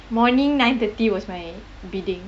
morning nine thirty was my bidding